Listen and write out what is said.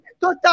Total